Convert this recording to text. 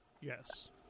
Yes